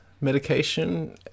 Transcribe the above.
medication